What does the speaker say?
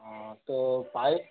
ও তো পাইপ